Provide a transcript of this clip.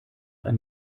ein